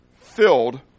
filled